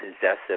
possessive